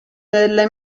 dalle